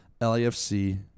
LAFC